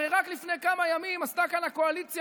הרי רק לפני כמה ימים עשתה כאן הקואליציה